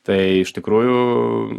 tai iš tikrųjų